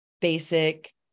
basic